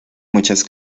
muchas